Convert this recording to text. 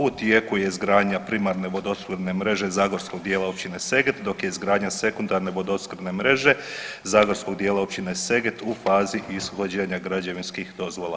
U tijeku je izgradnja primarne vodoopskrbne mreže zagorskog dijela općine Seget, dok je izgradnja sekundarne vodoopskrbne mreže zagorskog dijela općine Seget u fazi ishođenja građevinskih dozvola.